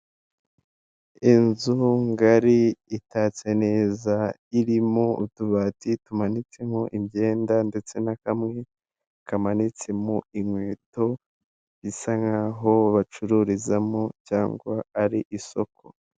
Inzu ngari itatse neza irimo utubati tumanitseho imyenda ndetse na kamwe kamanitsemo inkweto, bisa n'aho bacururizamo cyangwa ari isoko.